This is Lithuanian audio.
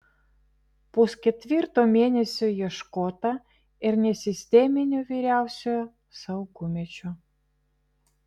pusketvirto mėnesio ieškota ir nesisteminio vyriausiojo saugumiečio